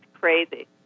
crazy